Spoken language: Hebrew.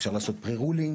אפשר לעשות פרה רולינג